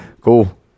Cool